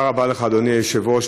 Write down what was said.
תודה רבה לך, אדוני היושב-ראש.